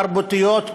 תרבותיות,